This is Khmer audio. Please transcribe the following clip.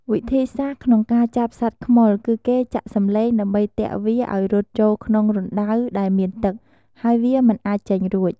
វិធីសាស្ត្រក្នុងការចាប់សត្វខ្មុល គឺគេចាក់សម្លេងដើម្បីទាក់វាឱ្យរត់ចូលក្នុងរណ្ដៅដែលមានទឹក ហើយវាមិនអាចចេញរួច។